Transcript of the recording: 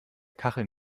kacheln